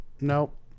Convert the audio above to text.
nope